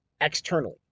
externally